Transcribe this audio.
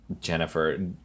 Jennifer